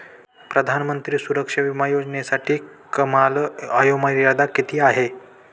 प्रधानमंत्री सुरक्षा विमा योजनेसाठी कमाल वयोमर्यादा किती आहे?